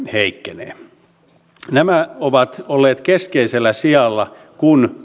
heikkenee nämä ovat olleet keskeisellä sijalla kun